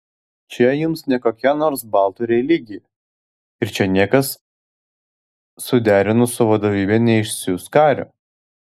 čia jums ne kokia nors baltų religija ir čia niekas suderinus su vadovybe neišsiųs kario